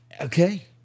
Okay